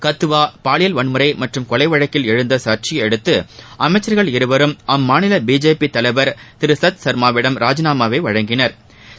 கத்துவா பாலியல் வன்முறை மற்றும் கொலைவழக்கில் எழுந்த சள்ச்சையை அடுத்து அமைச்சள்கள் இருவரும் அம்மாநில பிஜேபி தலைவா் திரு சத் ஷா்மாவிடம் ராஜினாமாவை அளித்தனா்